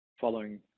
Following